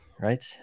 right